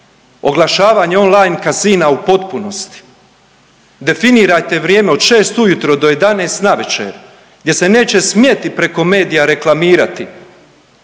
oglašavanje on-line kasina u potpunosti, definirajte vrijeme od 6 ujutro do 11 navečer gdje se neće smjeti preko medija reklamirati